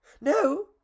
No